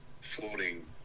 floating